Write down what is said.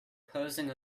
posing